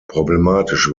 problematisch